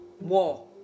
war